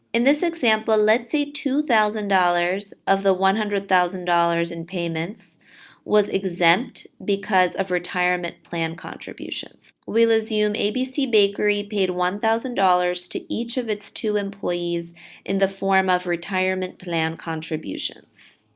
in this example, let's say two thousand dollars of the one hundred thousand dollars in payments was exempt because of retirement plan contributions. we'll assume abc bakery paid one thousand dollars to each of its two employees in the form of retirement plan contributions.